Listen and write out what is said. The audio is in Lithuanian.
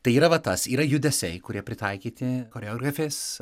tai yra va tas yra judesiai kurie pritaikyti choreografės